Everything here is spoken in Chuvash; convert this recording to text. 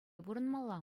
пурӑнмалла